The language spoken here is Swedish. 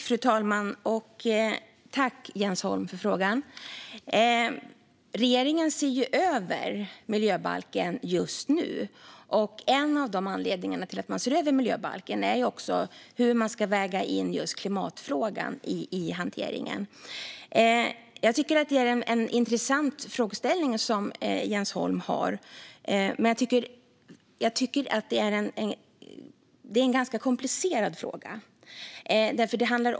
Fru talman! Tack, Jens Holm, för frågan! Regeringen ser ju över miljöbalken just nu, och en av anledningarna till att man gör det är just hur klimatfrågan ska vägas in i hanteringen. Jag tycker att Jens Holms frågeställning är intressant, men det är en ganska komplicerad fråga.